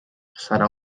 serà